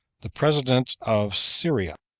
the president of syria,